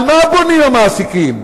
על מה בונים המעסיקים?